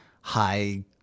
high